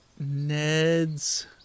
Ned's